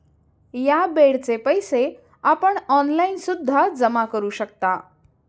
या बेडचे पैसे आपण ऑनलाईन सुद्धा जमा करू शकता